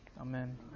Amen